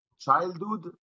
childhood